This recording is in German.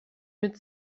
mit